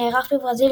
שנערך בברזיל,